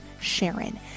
Sharon